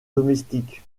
domestiques